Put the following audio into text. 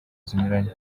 zinyuranye